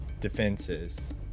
defenses